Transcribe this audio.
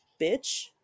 Bitch